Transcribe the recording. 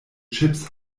chips